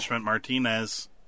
Martinez